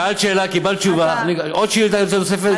שאלת שאלה, קיבלת תשובה, עוד שאילתה, עוד תשובה.